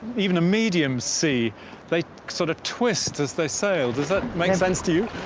even a medium sea they sort of twist as they sail, does that make sense to you?